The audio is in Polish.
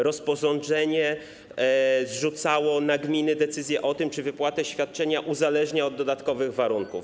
Rozporządzenie zrzucało na gminę decyzje o tym, czy wypłatę świadczenia uzależnia od dodatkowych warunków.